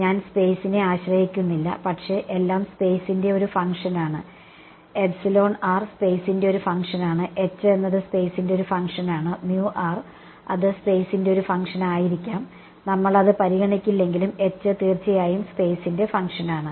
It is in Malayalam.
ഞാൻ സ്പേസിനെ ആശ്രയിക്കുന്നില്ല പക്ഷേ എല്ലാം സ്പേസിന്റെ ഒരു ഫംഗ്ഷനാണ് സ്പെയ്സിന്റെ ഒരു ഫംഗ്ഷനാണ് H എന്നത് സ്പെയ്സിന്റെ ഒരു ഫംഗ്ഷനാണ് അത് സ്പെയ്സിന്റെ ഒരു ഫംഗ്ഷനായിരിക്കാം നമ്മൾ അത് പരിഗണിക്കില്ലെങ്കിലും H തീർച്ചയായും സ്പെയ്സിന്റെ ഫംഗ്ഷനാണ്